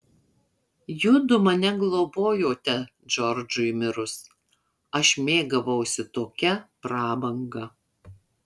judu mane globojote džordžui mirus aš mėgavausi tokia prabanga